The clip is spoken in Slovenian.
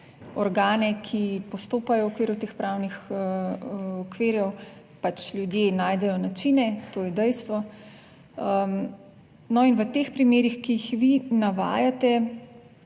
organe, ki postopajo v okviru teh pravnih okvirjev, pač, ljudje najdejo načine, to je dejstvo. No, in v teh primerih, ki jih vi navajate,